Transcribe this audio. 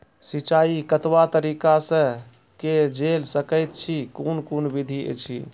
सिंचाई कतवा तरीका सअ के जेल सकैत छी, कून कून विधि ऐछि?